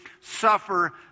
suffer